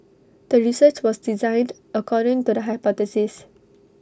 the research was designed according to the hypothesis